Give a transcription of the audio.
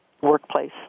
workplace